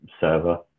server